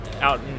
out